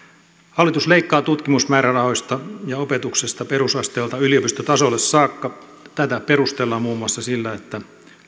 hallitus leikkaa tutkimusmäärärahoista ja opetuksesta perusasteelta yliopistotasolle saakka tätä perustellaan muun muassa sillä että